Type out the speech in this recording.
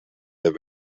der